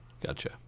Gotcha